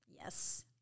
Yes